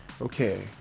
Okay